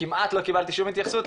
כמעט לא קיבלתי שום התייחסות,